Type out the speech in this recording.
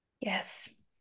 Yes